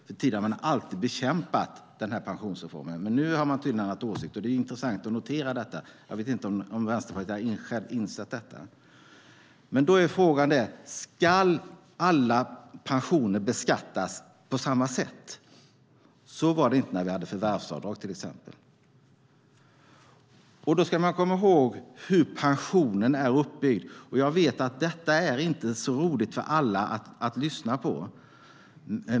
Tidigare har man alltid bekämpat denna pensionsreform, men nu har man tydligen ändrat åsikt. Det är intressant att notera detta. Jag vet inte om Vänsterpartiet självt har insett detta. Då är frågan: Ska alla pensioner beskattas på samma sätt? Så var det inte när vi hade förvärvsavdrag. Då ska man komma ihåg hur pensionen är uppbyggd, och jag vet att detta inte är så roligt att lyssna på för alla.